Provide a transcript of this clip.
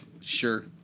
sure